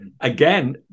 again